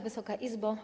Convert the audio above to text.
Wysoka Izbo!